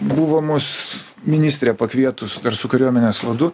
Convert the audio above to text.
buvo mus ministrė pakvietus dar su kariuomenės vadu